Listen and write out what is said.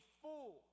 fool